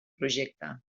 projecte